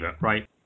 right